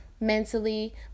mentally